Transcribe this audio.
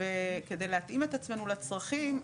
וכדי להתאים את עצמנו לצרכים,